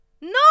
No